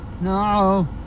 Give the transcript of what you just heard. No